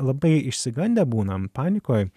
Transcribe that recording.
labai išsigandę būnam panikoj